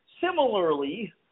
Similarly